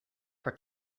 day